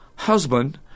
Husband